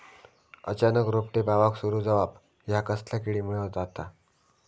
अचानक रोपटे बावाक सुरू जवाप हया कसल्या किडीमुळे जाता?